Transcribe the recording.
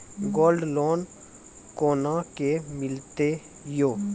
Gold loan कोना के मिलते यो?